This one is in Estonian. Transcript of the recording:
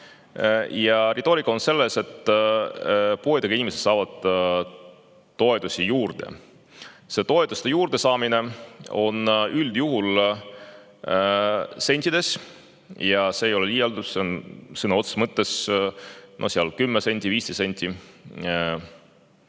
Ja retoorika on selline, et puuetega inimesed saavad toetusi juurde. See toetuste juurdesaamine on üldjuhul sentides. Ja see ei ole liialdus, see on sõna otseses mõttes 10 senti, 15 senti,